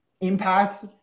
impact